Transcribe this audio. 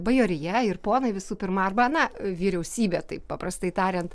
bajorija ir ponai visų pirma arba na vyriausybė taip paprastai tariant